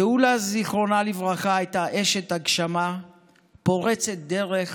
גאולה, זיכרונה לברכה, הייתה אשת הגשמה פורצת דרך